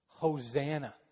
Hosanna